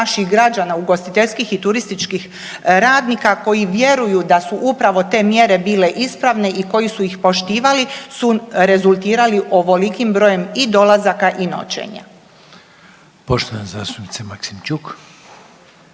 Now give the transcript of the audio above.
naših građana ugostiteljskih i turističkih radnika koji vjeruju da su upravo te mjere bile ispravne i koji su ih poštivali su rezultirali ovolikim brojem i dolazaka i noćenja. **Reiner, Željko